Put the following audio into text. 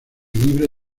libre